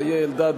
אריה אלדד,